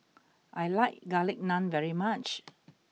I like Garlic Naan very much